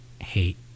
hate